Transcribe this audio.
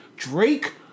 Drake